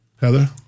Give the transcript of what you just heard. Heather